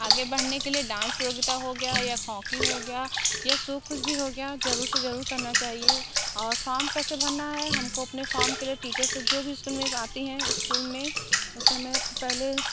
आगे बढ़ने के लिए डांस प्रतियोगिता हो गया या हॉकी हो गया या सो कुछ भी हो गया जरूर से जरूर करना चाहिए और फॉर्म कैसे भरना है हमको अपने फार्म के लिए टीचर से जो भी स्कूल में जाती हैं उस स्कूल में उसमें पहले